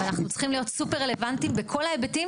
אנחנו צריכים להיות סופר רלוונטיים בכל ההיבטים,